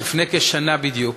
לפני כשנה בדיוק